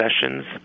sessions